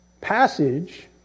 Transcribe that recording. passage